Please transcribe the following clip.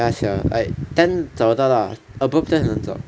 ya sia like ten 找得到 lah above ten 很难找